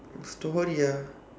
story ah